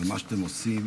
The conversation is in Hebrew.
על מה שאתם עושים,